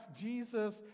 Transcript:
Jesus